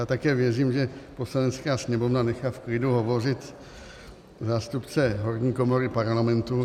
Já také věřím, že Poslanecká sněmovna nechá v klidu hovořit zástupce horní komory Parlamentu.